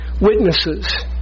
witnesses